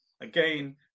Again